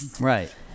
right